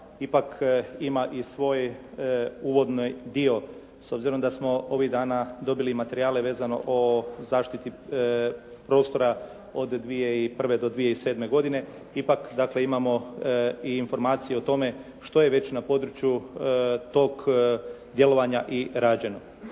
ipak ima i svoj uvodni dio. S obzirom da smo ovih dana dobili i materijale vezano o zaštiti prostora od 2001. do 2007. godine ipak dakle imamo i informacije o tome što je već na području tog djelovanja i rađeno.